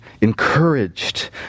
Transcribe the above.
encouraged